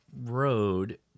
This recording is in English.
road